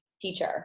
teacher